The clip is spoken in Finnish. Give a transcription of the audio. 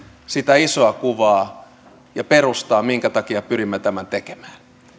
sitä isoa kuvaa ja perustaa minkä takia pyrimme tämän tekemään